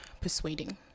persuading